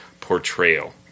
portrayal